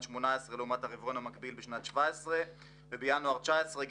2018 לעומת הרבעון המקביל בשנת 2017. בינואר 2019 רואים